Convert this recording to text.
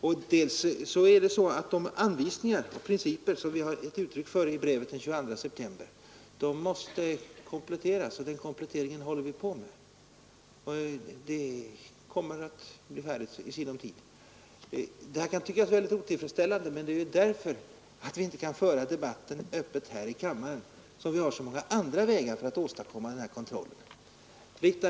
Vidare är det så att de anvisningar och de principer vi har gett uttryck för i brevet den 22 september måste kompletteras, och den kompletteringen håller vi på med. Den kommer att bli färdig i sinom tid. Det här kan tyckas väldigt otillfredsställande, men det beror ju på att vi inte kan föra debatten öppet här i kammaren. Vi har i stället andra vägar för att åstadkomma demokratisk insyn och kontroll.